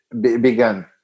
began